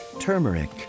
turmeric